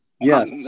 Yes